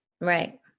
right